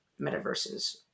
metaverses